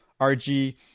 RG